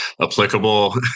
applicable